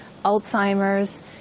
Alzheimer's